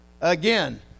Again